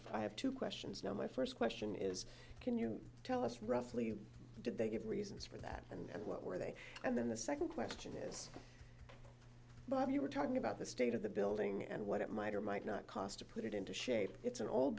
have two questions now my first question is can you tell us roughly did they give reasons for that and what were they and then the second question is but you were talking about the state of the building and what it might or might not cost to put it into shape it's an old